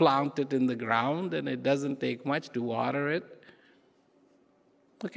planted in the ground and it doesn't take much to water it ok